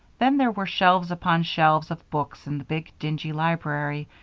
then, there were shelves upon shelves of books in the big, dingy library,